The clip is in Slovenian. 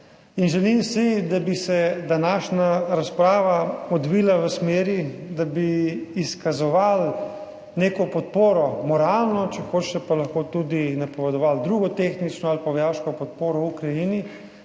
In želim si, da bi se današnja razprava odvila v smeri, da bi izkazovali neko podporo, moralno, če hočete, pa lahko tudi napovedovali drugo tehnično ali pa vojaško podporo Ukrajini